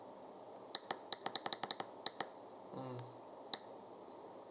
mm